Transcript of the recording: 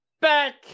back